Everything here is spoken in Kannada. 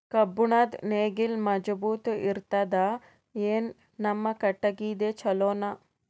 ಕಬ್ಬುಣದ್ ನೇಗಿಲ್ ಮಜಬೂತ ಇರತದಾ, ಏನ ನಮ್ಮ ಕಟಗಿದೇ ಚಲೋನಾ?